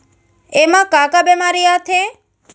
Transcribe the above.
एमा का का बेमारी आथे?